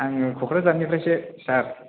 आङो क'क्राझारनिफ्रायसो सार